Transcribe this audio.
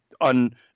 on